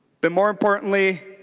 but more importantly